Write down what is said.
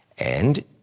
and,